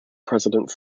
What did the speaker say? president